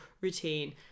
routine